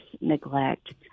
neglect